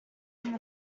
their